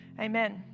Amen